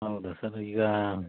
ಹೌದಾ ಸರ್ ಈಗ